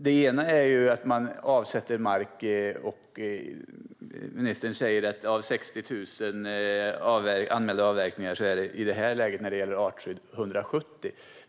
Det här handlar om att man avsätter mark. Ministern sa att av 60 000 anmälda avverkningar är det 170 beslut som fattas när det gäller artskydd.